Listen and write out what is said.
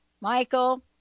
michael